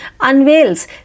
unveils